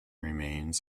remains